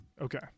Okay